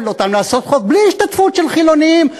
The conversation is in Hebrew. אותם לעשות חוק בלי השתתפות של חילונים,